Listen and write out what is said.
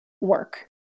work